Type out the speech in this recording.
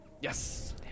Yes